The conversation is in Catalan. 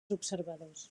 observadors